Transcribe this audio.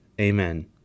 Amen